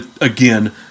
again